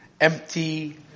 empty